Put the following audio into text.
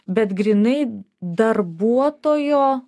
bet grynai darbuotojo